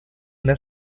una